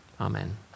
Amen